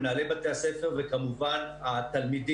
מנהלי בתי הספר וכמובן התלמידים.